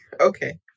Okay